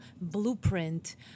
blueprint